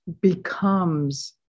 becomes